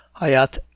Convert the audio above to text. hayat